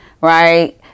Right